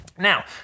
Now